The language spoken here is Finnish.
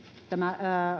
tämä